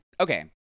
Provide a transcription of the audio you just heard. okay